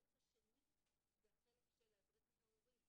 החלק השני זה החלק של להדריך את ההורים,